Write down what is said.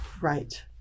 Right